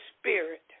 spirit